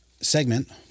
segment